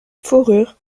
fourrures